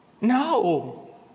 No